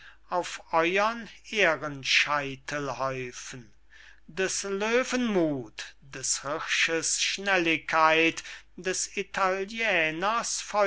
auf euren ehren scheitel häufen des löwen muth des hirsches schnelligkeit des italiäners